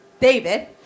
David